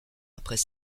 après